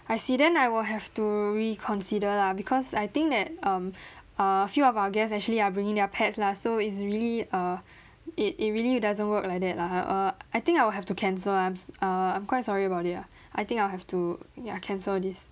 I see then I will have to reconsider lah because I think that um err few of our guest actually are bringing their pets lah so it's really uh it it really doesn't work like that lah uh I think I will have to cancel I'm err I'm quite sorry about it lah I think I'll have to ya cancel this